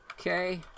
Okay